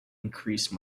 increase